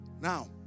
Now